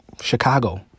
Chicago